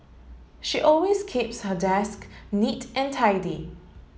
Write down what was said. she always keeps her desk neat and tidy